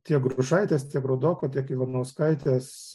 tiek grušaitės tiek rudoko tiek ivanauskaitės